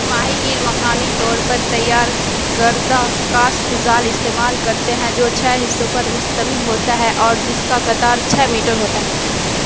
ماہی گیر مقامی طور پر تیار گردہ کاست زال استعمال کرتے ہیں جو چھ حصوں پر مستمل ہوتا ہے اور جس کا قطار چھ میٹر ہوتا ہے